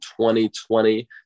2020